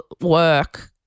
work